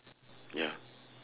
ya